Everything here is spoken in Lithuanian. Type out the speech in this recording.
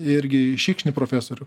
irgi šikšnį profesorių